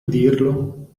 dirlo